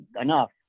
enough